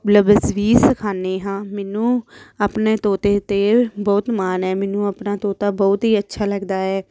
ਲਫ਼ਜ਼ ਵੀ ਸਿਖਾਉਂਦੇ ਹਾਂ ਮੈਨੂੰ ਆਪਣੇ ਤੋਤੇ 'ਤੇ ਬਹੁਤ ਮਾਣ ਹੈ ਮੈਨੂੰ ਆਪਣਾ ਤੋਤਾ ਬਹੁਤ ਹੀ ਅੱਛਾ ਲੱਗਦਾ ਹੈ